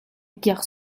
kiak